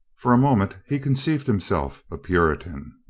for a moment he conceived him self a puritan.